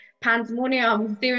pandemonium